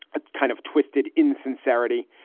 a kind of twisted insincerity,